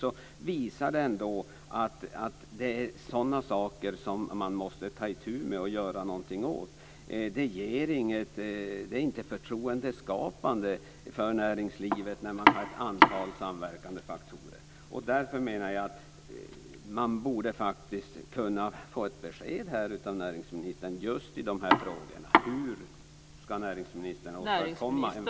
Det visar ändå att det är sådana saker man måste ta itu med och göra någonting åt. Det är inte förtroendeskapande för näringslivet när man har ett antal samverkande faktorer. Därför menar jag att man borde kunna få ett besked av näringsministern just i dessa frågor. Hur ska näringsministern åstadkomma en förändring?